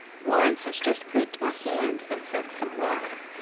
one has just pricked my hand and sucked some blood,